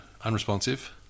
unresponsive